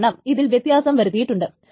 കാരണം ഇതിൽ വ്യത്യാസം വരുത്തിയിട്ടുണ്ട്